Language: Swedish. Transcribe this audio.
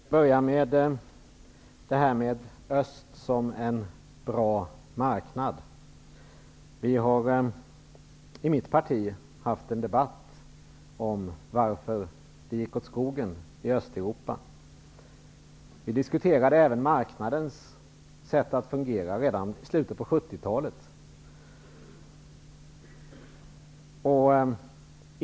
Fru talman! Jag skall börja med att kommentera talet om Östeuropa som en bra marknad. I mitt parti har vi haft en debatt om varför det gick åt skogen i Östeuropa. Vi diskuterade även marknadens sätt att fungera redan i sluten av 70 talet.